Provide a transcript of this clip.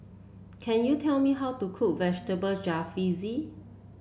can you tell me how to cook Vegetable Jalfrezi